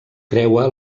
creua